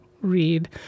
read